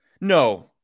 No